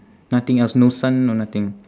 nothing else no sun no nothing